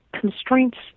constraints